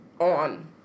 on